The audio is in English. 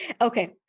Okay